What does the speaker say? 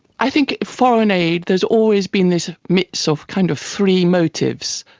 i think foreign aid, there's always been this mix of kind of three motives.